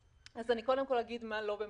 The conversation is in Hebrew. קודם אגיד מה לא במחלוקת.